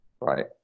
Right